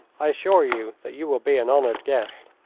i assure you that you will be an honoured guest.